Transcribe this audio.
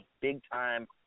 big-time